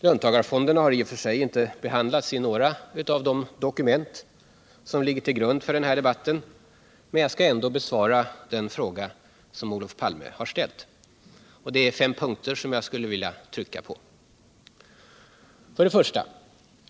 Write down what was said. Löntagarfonderna har i och för sig inte behandlats i några av de dokument som ligger till grund för den här debatten, men jag skall ändå besvara den fråga som Olof Palme har ställt. Finansdebatt Finansdebatt Det är fem punkter jag skulle vilja trycka på. 1.